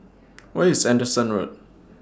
Where IS Anderson Road